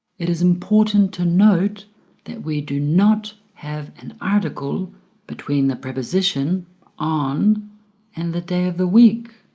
it is important to note that we do not have an article between the preposition on and the day of the week.